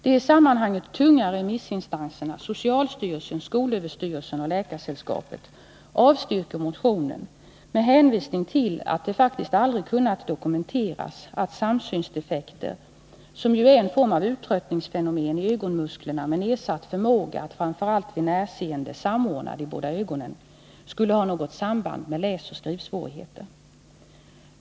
De i sammanhanget tunga remissinstanserna socialstyrelsen, skolöverstyrelsen och Läkaresällskapet avstyrker motionen med hänvisning till att det faktiskt aldrig kunnat dokumenteras att samsynsdefekter — som ju är en form av uttröttningsfenomen i ögonmusklerna som ger nedsatt förmåga att framför allt vid närseende samordna de båda ögonen — skulle ha något samband med läsoch skrivsvårigheter.